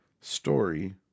story